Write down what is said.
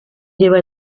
lleva